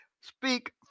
speak